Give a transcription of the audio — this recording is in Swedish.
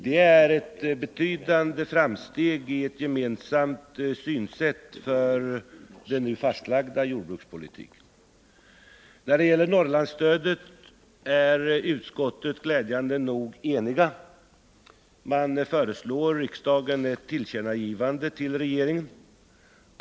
Det är ett betydande framsteg i ett gemensamt synsätt för den nu fastlagda jordbrukspolitiken. När det gäller Norrlandsstödet är utskottet glädjande nog enigt. Man föreslår riksdagen ett tillkännagivande till regeringen.